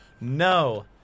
No